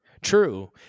True